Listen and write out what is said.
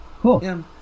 Cool